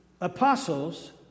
apostles